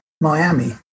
Miami